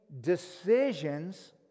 decisions